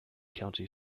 county